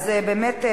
אז באמת,